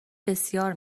بسیار